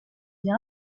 via